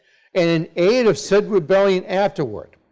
in aid of said rebellion, afterward,